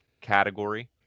category